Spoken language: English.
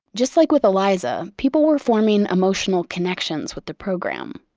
just like with eliza, people were forming emotional connections with the program.